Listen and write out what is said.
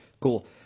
Cool